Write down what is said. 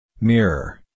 Mirror